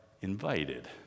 invited